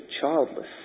childless